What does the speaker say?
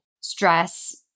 stress